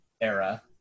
era